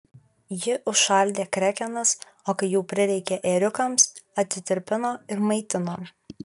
ji užšaldė krekenas o kai jų prireikė ėriukams atitirpino ir maitino